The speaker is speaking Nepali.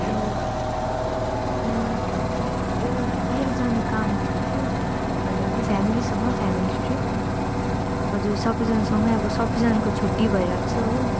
हजुर एउटा बाहिर जाने काम थियो कि भन्दा पनि फेमिलीसँग फेमेली ट्रिप हजुर सबैजना सँगै अब सबैजनाको छुट्टी भइरहेको छ हो